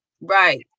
Right